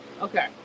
Okay